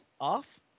off